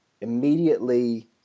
immediately